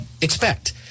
expect